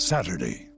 Saturday